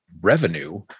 revenue